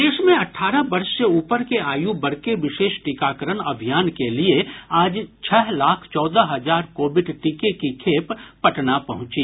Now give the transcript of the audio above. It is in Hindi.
प्रदेश में अठारह वर्ष से ऊपर के आयु वर्ग के विशेष टीकाकरण अभियान के लिए आज छह लाख चौदह हजार कोविड टीके की खेप पटना पहुंची